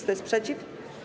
Kto jest przeciw?